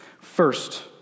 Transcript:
First